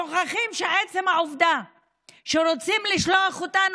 שוכחים שמעצם העובדה שרוצים לשלוח אותנו